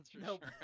nope